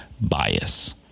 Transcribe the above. bias